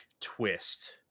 twist